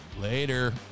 Later